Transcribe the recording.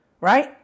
right